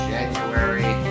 January